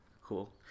cool